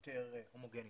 יותר הומוגנית.